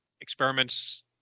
Experiments